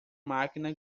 máquina